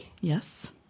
Yes